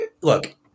look